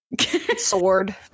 sword